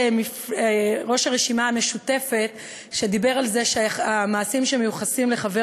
הרשימה המשותפת שדיבר על זה שהמעשים שמיוחסים לחבר